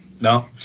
No